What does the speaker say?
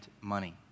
money